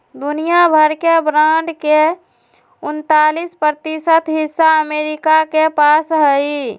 दुनिया भर के बांड के उन्तालीस प्रतिशत हिस्सा अमरीका के पास हई